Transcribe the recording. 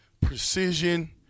precision